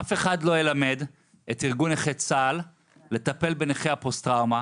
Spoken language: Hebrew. אף אחד לא ילמד את ארגון נכי צה"ל לטפל בנכי הפוסט טראומה.